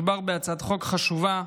מדובר בהצעת חוק חשובה,